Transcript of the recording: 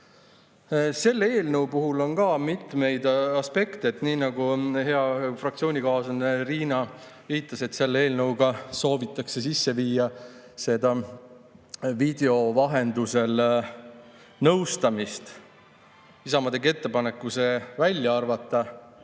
Selle eelnõu puhul on ka mitmeid aspekte. Nii nagu hea fraktsioonikaaslane Riina viitas, selle eelnõuga soovitakse sisse viia video vahendusel nõustamist. Isamaa tegi ettepaneku see välja arvata.